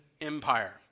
Empire